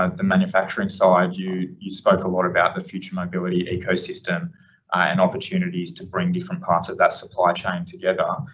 um the manufacturing side, you, you spoke a lot about the future mobility ecosystem and opportunities to bring different parts of that supply chain together.